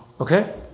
Okay